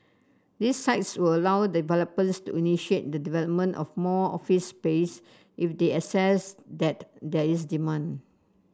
these sites will allow developers to initiate the development of more office space if they assess that there is demand